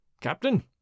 Captain